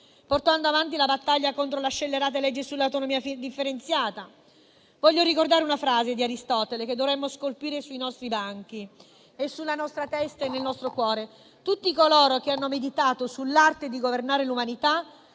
portando avanti la battaglia contro la scellerata legge sull'autonomia differenziata. Voglio ricordare una frase di Aristotele che dovremmo scolpire sui nostri banchi, nella nostra testa e nel nostro cuore: tutti coloro che hanno meditato sull'arte di governare l'umanità